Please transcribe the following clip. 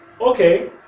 Okay